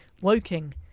Woking